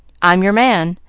i'm your man,